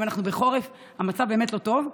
היום אנחנו בחורף, המצב באמת לא טוב.